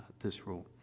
this rule.